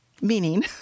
Meaning